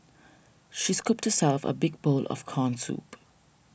she scooped herself a big bowl of Corn Soup